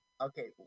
Okay